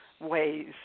ways